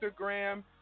Instagram